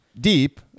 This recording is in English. deep